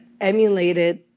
emulated